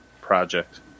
project